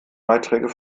beiträge